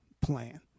plan